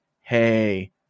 hey